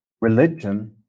religion